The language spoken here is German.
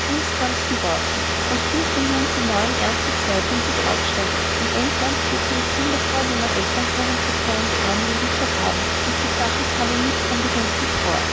geworfen und fühlte nun von neuem ernste zweifel in sich aufsteigen in england pflegen die kinder vornehmer eltern keinen verkehr in kramläden zu haben und die sache kam ihm nicht unbedenklich vor